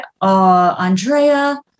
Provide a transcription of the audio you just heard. Andrea